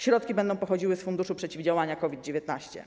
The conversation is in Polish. Środki będą pochodziły z Funduszu Przeciwdziałania COVID-19.